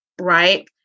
Right